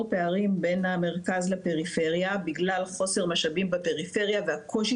פערים בין המרכז לפריפריה בגלל חוסר משאבים בפריפריה והקושי